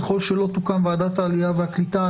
ככל שלא תוקם ועדת העלייה והקליטה,